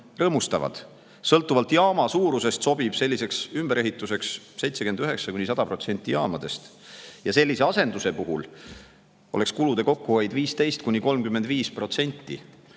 rõõmustavad. Sõltuvalt jaama suurusest sobib selliseks ümberehituseks 79–100% jaamadest. Sellise asenduse puhul oleks kulude kokkuhoid 15–35%.